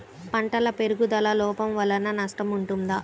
పంటల పెరుగుదల లోపం వలన నష్టము ఉంటుందా?